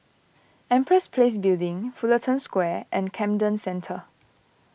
Empress Place Building Fullerton Square and Camden Centre